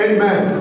Amen